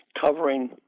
covering